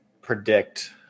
predict